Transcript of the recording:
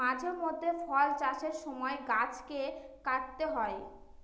মাঝে মধ্যে ফল চাষের সময় গাছকে ছাঁটতে হয়